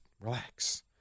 relax